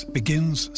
begins